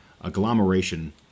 agglomeration